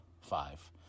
five